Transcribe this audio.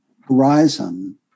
horizon